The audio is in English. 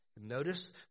Notice